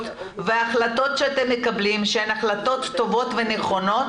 וההחלטות שאתם מקבלים שהן החלטות טובות ונכונות,